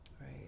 Right